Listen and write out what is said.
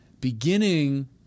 Beginning